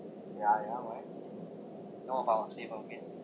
ya ya why I know about steve irwin